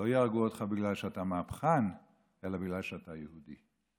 לא יהרגו אותך בגלל שאתה מהפכן אלא בגלל שאתה יהודי.